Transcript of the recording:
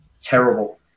terrible